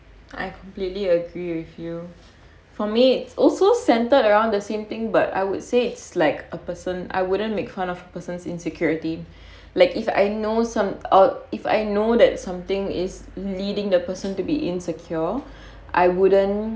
I completely agree with you for me it's also centred around the same thing but I would say it's like a person I wouldn't make fun of persons insecurity like if I know some out if I know that something is leading the person to be insecure I wouldn't